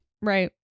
Right